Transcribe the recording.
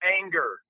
anger